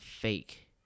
fake